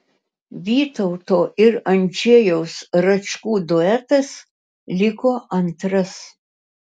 vytauto ir andžejaus račkų duetas liko antras